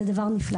זה דבר נפלא.